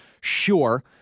Sure